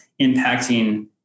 impacting